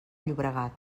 llobregat